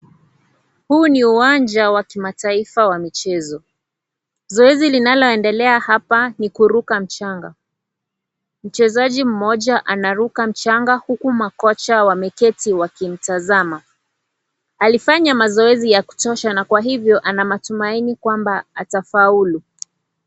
Huu ni uwanja wakimataifa wa michezo. Zoezi linaloendela, hapa ni kuruka mchanga. mchezaji mmoja anaruka mchanga huku makocha wameketi wakimtazama. Alifanya mazoezi ya kutosha na kwa hivyo ana matumaini kwamba atafaulu.